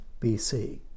BC